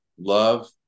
love